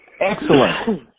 excellent